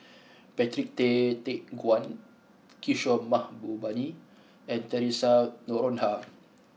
Patrick Tay Teck Guan Kishore Mahbubani and Theresa Noronha